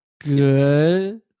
good